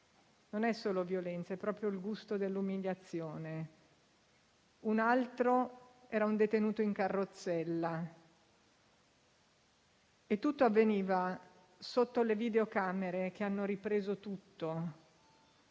non solo violenza, ma proprio il gusto dell'umiliazione. Un altro caso riguarda un detenuto in carrozzella. E tutto avveniva sotto le videocamere che hanno ripreso tutto.